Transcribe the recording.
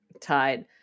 tied